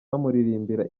bamuririmbira